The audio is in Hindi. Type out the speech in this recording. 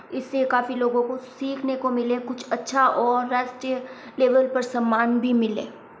इससे काफ़ी लोगों को सीखने को मिले कुछ अच्छा और राष्ट्रीय लेवल पर सम्मान भी मिलें